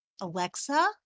Alexa